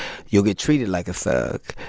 you'll get treated like a thug,